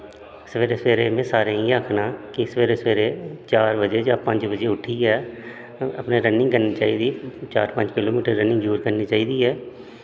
सवेरे सवेरे में सारें गी इयै आखना कि सवेरे सवेरे चार बजे जां पंज बजे उट्ठियै अपने रनिंग करनी चाहिदी चार पंज किलो मीटर रनिंग जरूर करनी चाहिदी ऐ